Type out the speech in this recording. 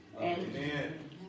Amen